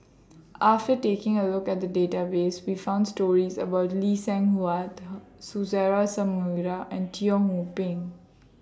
after taking A Look At The Database We found stories about Lee Seng Huat Suzairhe Sumari and Teo Ho Pin